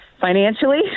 financially